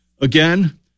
Again